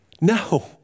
no